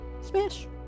Smash